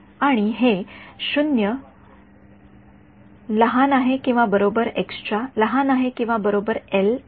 आणि हे आहे